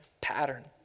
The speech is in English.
pattern